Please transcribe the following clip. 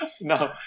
No